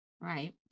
right